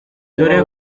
dore